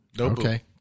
Okay